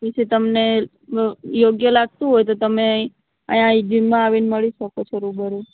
પછી તમને યોગ્ય લાગતું હોય તમે અહીંયા આ જિમમાં આવીને મળી શકો છો રૂબરૂ